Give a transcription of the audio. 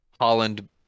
Holland